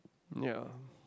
ya